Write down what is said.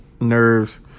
nerves